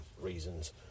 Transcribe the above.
reasons